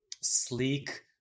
sleek